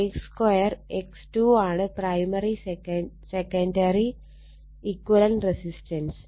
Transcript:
X1 K2 X2 ആണ് primary secondary equivalent resistance